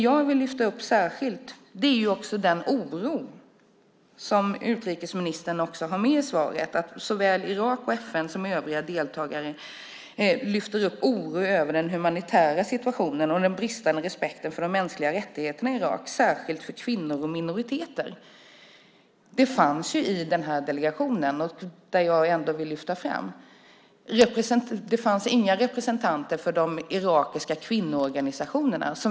Jag vill särskilt lyfta fram den oro som utrikesministern gav uttryck för i svaret, nämligen att såväl Irak, FN som övriga deltagare visade en oro för den humanitära situationen och den bristande respekten för mänskliga rättigheter i Irak, särskilt för kvinnor och minoriteter. Jag vill lyfta fram att det i denna delegation inte fanns några representanter för de irakiska kvinnoorganisationerna.